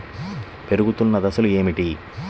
పెరుగుతున్న దశలు ఏమిటి?